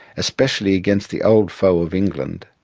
especially against the old foe of england,